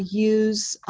use